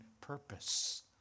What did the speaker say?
purpose